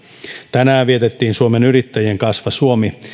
tänään vietettiin suomen yrittäjien kasva suomi